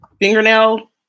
Fingernail